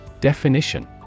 Definition